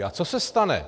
A co se stane?